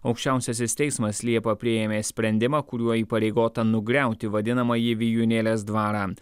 aukščiausiasis teismas liepą priėmė sprendimą kuriuo įpareigota nugriauti vadinamąjį vijūnėlės dvarą